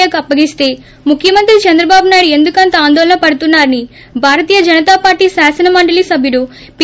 ఏ కు అప్పగిస్తే ముఖ్యమంత్రి చంద్రబాబు నాయడు ఎందుకంత ఆందోళన పడుతున్నారని భారతీయ జనతా పార్టీ శాసన మండలి సబ్యుడు పి